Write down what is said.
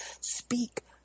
speak